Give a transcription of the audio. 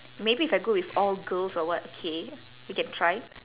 maybe if I go with all girls or what okay we can try